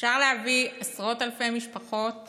אפשר להביא עשרות אלפי משפחות